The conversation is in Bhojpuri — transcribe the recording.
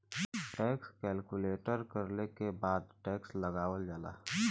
टैक्स कैलकुलेट करले के बाद टैक्स लगावल जाला